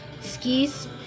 skis